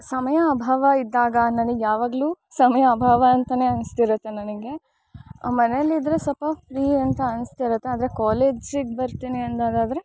ಸಮಯ ಅಭಾವ ಇದ್ದಾಗ ನನಗೆ ಯಾವಾಗಲು ಸಮಯ ಅಭಾವ ಅಂತೆಯೇ ಅನಿಸ್ತಿರುತ್ತೆ ನನಗೆ ಮನೇಲಿದ್ರೆ ಸಲ್ಪ ಫ್ರೀಯಂತ ಅನಿಸ್ತಿರುತ್ತೆ ಆದರೆ ಕಾಲೇಜಿಗೆ ಬರ್ತೀನಿ ಅಂದಾಗಾದ್ರೆ